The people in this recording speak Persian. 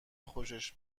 خوشش